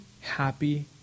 happy